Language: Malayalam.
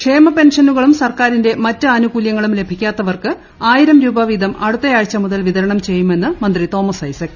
ക്ഷേമപെൻഷനുകളും സർക്കാരിന്റെ മറ്റ് ആനുകൂല്യങ്ങളും ലഭിക്കാത്തവർക്ക് ആയിരം രൂപ വീതം അടുത്തയാഴ്ച മുതൽ വിതരണം ചെയ്യുമെന്ന് മന്ത്രി തോമസ് ഐസക്